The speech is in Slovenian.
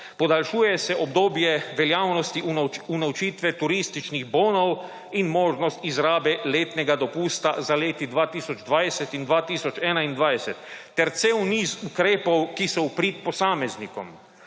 Podaljšuje se obdobje veljavnosti unovčitve turističnih bonov in možnost izrabe letnega dopusta za leti 2020 in 2021 ter cel niz ukrepov, ki so v prid posameznikom.